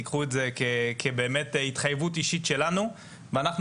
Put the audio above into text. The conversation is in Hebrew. תיקחו את זה כבאמת התחייבות אישית שלנו ואנחנו